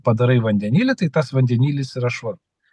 padarai vandenilį tai tas vandenilis yra švarus